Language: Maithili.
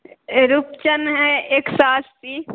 रूपचन हय एक सए अस्सी